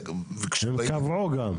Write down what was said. הם קבעו גם.